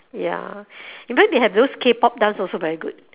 ya in fact they have those Kpop dance also very good